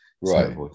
Right